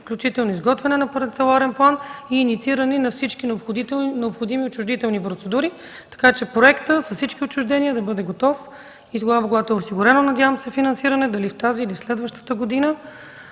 включително изготвяне на парцеларен план и иницииране на всички необходими отчуждителни процедури, така че проектът с всички отчуждения да бъде готов и когато бъде осигурено финансиране – дали тази или в следващата година,